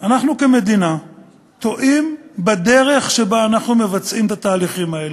אנחנו כמדינה טועים בדרך שבה אנחנו מבצעים את התהליכים האלה.